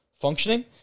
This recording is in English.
functioning